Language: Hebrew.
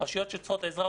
רשויות שצריכות עזרה,